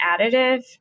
additive